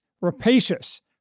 rapacious